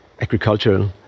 agricultural